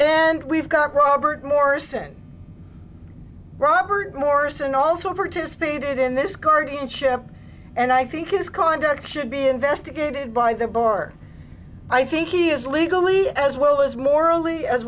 then we've got robert morris and robert morrison also participated in this guardianship and i think his conduct should be investigated by the board i think he is legally as well as morally as